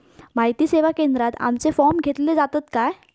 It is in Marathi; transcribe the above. माहिती सेवा केंद्रात आमचे फॉर्म घेतले जातात काय?